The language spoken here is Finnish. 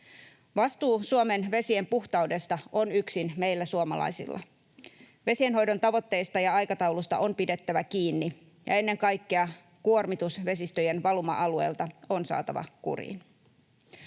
Vastuu Suomen vesien puhtaudesta on yksin meillä suomalaisilla. Vesienhoidon tavoitteista ja aikataulusta on pidettävä kiinni, ja ennen kaikkea kuormitus vesistöjen valuma-alueelta on saatava kuriin.